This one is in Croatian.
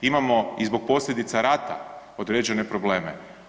Imamo i zbog posljedica rata određene probleme.